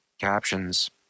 Captions